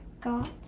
got